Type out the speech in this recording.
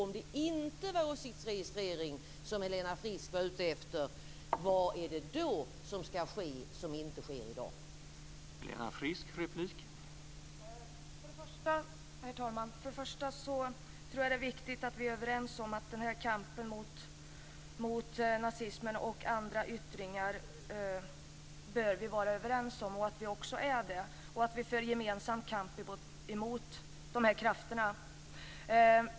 Om det inte är åsiktsregistrering som Helena Frisk är ute efter, vad är det då som ska ske som inte sker i dag?